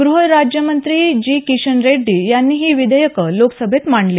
गृह राज्यमंत्री जी किशन रेड्डी यांनी ही विधेयकं लोकसभेत मांडली